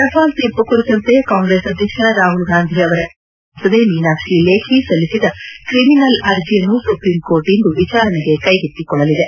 Rafale ತೀರ್ಪು ಕುರಿತಂತೆ ಕಾಂಗ್ರೆಸ್ ಅಧ್ಯಕ್ಷ ರಾಹುಲ್ ಗಾಂಧಿಅವರ ಟೀಕೆಗೆ ಬಿಜೆಪಿ ಸಂಸದೆ ಮೀನಾಕ್ಷಿ ಲೇಖಿ ಸಲ್ಲಿಸಿದ್ದ ಕ್ರಿಮಿನಲ್ ಅರ್ಜಿಯನ್ನು ಸುಪ್ರೀಂಕೋರ್ಟ್ ಇಂದು ವಿಚಾರಣೆಗೆ ಕೈಗೆತ್ತಿಕೊಳ್ಳಲಿದೆ